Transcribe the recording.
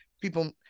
people